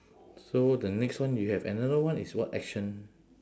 so the next one you have another one it's what action